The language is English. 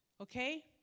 okay